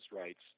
rights